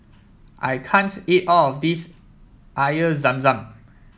I can't eat all of this Air Zam Zam